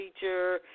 teacher